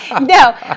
No